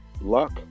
Luck